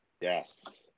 Yes